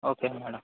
okay madam